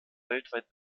weltweit